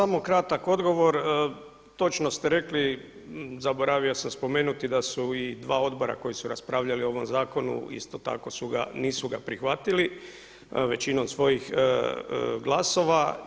Pa samo kratak odgovor, točno ste rekli, zaboravio sam spomenuti da su i dva odbora koja su raspravljala o ovom zakonu isto tako nisu ga prihvatili većinom svojih glasova.